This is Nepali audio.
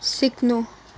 सिक्नु